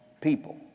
people